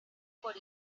por